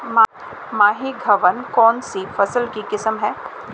माही धवल कौनसी फसल की किस्म है?